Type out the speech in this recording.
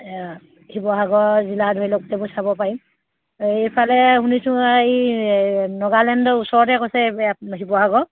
শিৱসাগৰ জিলা ধৰি লওক গোটেইবোৰ চাব পাৰিম এইফালে শুনিছোঁ এই নগালেণ্ডৰ ওচৰতে কৈছে শিৱসাগৰ